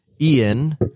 Ian